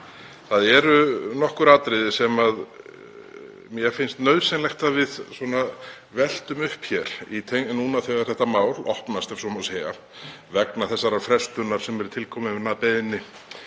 Það eru nokkur atriði sem mér finnst nauðsynlegt að við veltum upp núna þegar þetta mál opnast, ef svo má segja, vegna þessarar frestunar sem er til komin vegna beiðni